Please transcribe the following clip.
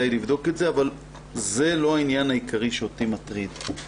אבל זה לא העניין העיקרי שמטריד אותי.